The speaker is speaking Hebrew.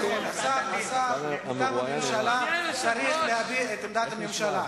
השר מטעם הממשלה צריך להביא את עמדת הממשלה.